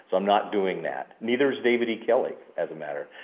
so i'm not doing that. neither is david e. kelley as a matter.